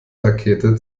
rakete